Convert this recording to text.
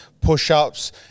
push-ups